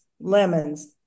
lemons